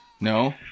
No